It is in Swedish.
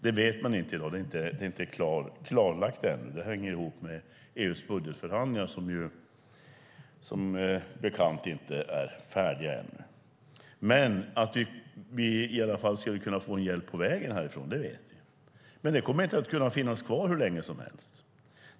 Det är inte klarlagt, för det hänger ihop med EU:s budgetförhandlingar som ju som bekant inte är färdiga ännu. Vi vet dock att vi i alla fall skulle kunna få lite hjälp på vägen. Denna hjälp kommer dock inte att finnas kvar hur länge som helst.